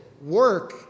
work